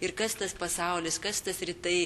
ir kas tas pasaulis kas tas rytai